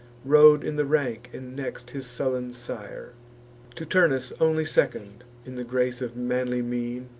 rode in the rank, and next his sullen sire to turnus only second in the grace of manly mien,